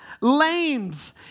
lanes